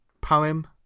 poem